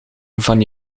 van